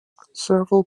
several